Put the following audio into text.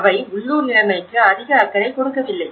அவை உள்ளூர் நிலைமைக்கு அதிக அக்கறை கொடுக்கவில்லை